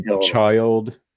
Child